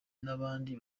n’abandi